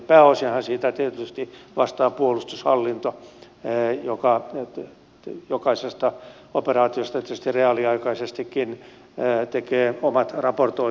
pääosinhan siitä tietysti vastaa puolustushallinto joka jokaisesta operaatiosta tietysti reaaliaikaisestikin tekee omat raportointinsa